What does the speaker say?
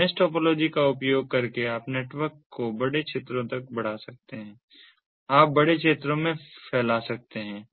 तो mesh topology का उपयोग करके आप नेटवर्क को बड़े क्षेत्रों तक बढ़ा सकते हैं आप बड़े क्षेत्रों में फैला सकते हैं